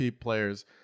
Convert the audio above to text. players